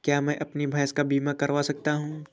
क्या मैं अपनी भैंस का बीमा करवा सकता हूँ?